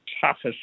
toughest